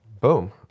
boom